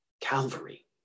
Calvary